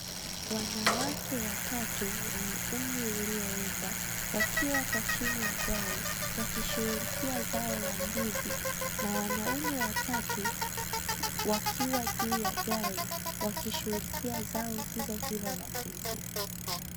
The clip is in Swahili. Wanawake watatu wenye umri ulioenda, wakiwa kwa chini ya gari wakishughulikia zao la ndizi na wanaume watatu wakiwa juu ya gari wakishughulikia zao hilohilo la ndizi.